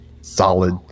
solid